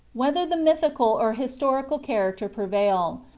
whether the mythical or historical character prevail,